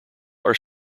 are